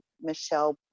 Michelle